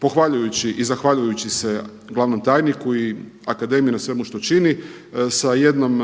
pohvaljujući i zahvaljujući se glavnom tajniku i akademiji na svemu što čini sa jednom